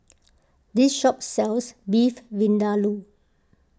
this shop sells Beef Vindaloo